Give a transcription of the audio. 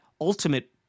ultimate